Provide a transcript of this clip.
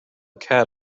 cat